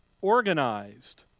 organized